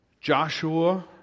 Joshua